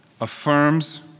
affirms